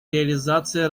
реализация